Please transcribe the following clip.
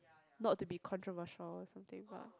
not to be controversial or something but